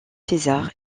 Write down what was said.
césar